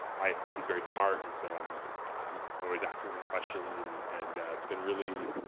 i think he's very smart. and so i'm i'm always asking him questions and and it's been really,